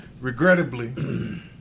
Regrettably